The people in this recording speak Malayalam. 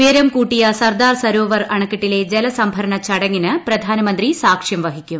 ഉയരം കൂട്ടിയ സർദാർ സരോവർ അണക്കെട്ടിലെ ജലസംഭരണ ചടങ്ങിന് പ്രധാനമന്ത്രി സാക്ഷ്യം വഹ്ഹിക്കും